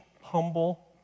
humble